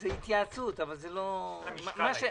זה התייעצות אבל אין לה משקל.